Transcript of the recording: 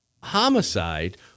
homicide